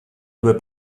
due